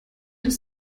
das